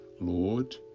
Lord